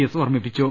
S ഓർമ്മിപ്പിച്ചു